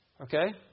Okay